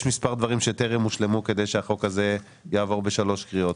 יש מספר דברים שטרם הושלמו כדי שהחוק הזה יעבור בשלוש קריאות.